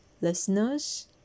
listeners